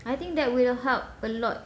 I think that will help a lot